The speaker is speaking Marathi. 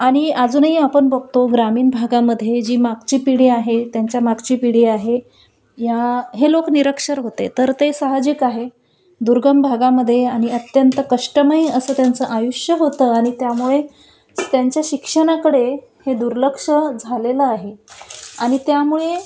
आणि अजूनही आपण बघतो ग्रामीण भागामध्ये जी मागची पिढी आहे त्यांच्या मागची पिढी आहे या हे लोक निरक्षर होते तर ते साहजिक आहे दुर्गम भागामध्ये आणि अत्यंत कष्टमयही असं त्यांचं आयुष्य होतं आणि त्यामुळे त्यांच्या शिक्षणाकडे हे दुर्लक्ष झालेलं आहे आणि त्यामुळे